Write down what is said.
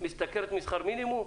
שמשתכרת שכר מינימום?